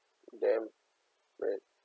damn right